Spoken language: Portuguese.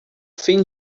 fim